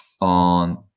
on